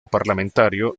parlamentario